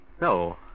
No